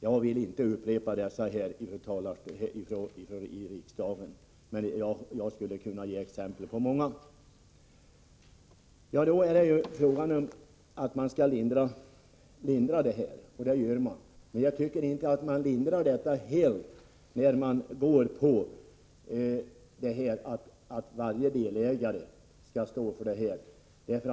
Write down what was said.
Jag skall inte än en gång gå in på dem här i riksdagen, men jag skulle kunna ge exempel på många sådana tragedier. Syftet med beslutet var att man skulle lindra konsekvenserna av konkursen, och det gör man. Men jag tycker inte att man gör det till fullo när man tolkar beslutet så att varje enskild delägare skall vara tvungen att göra reduktionen.